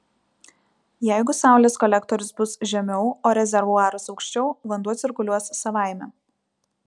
jeigu saulės kolektorius bus žemiau o rezervuaras aukščiau vanduo cirkuliuos savaime